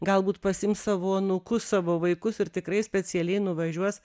galbūt pasiims savo anūkus savo vaikus ir tikrai specialiai nuvažiuos